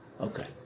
okay